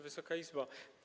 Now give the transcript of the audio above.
Wysoka Izbo!